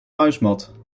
muismat